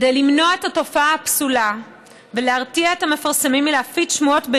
כדי למנוע את התופעה הפסולה ולהרתיע את המפרסמים מלהפיץ שמועות בעניין,